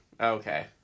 Okay